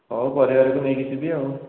ହଉ ପରିବାରକୁ ନେଇକି ଯିବି ଆଉ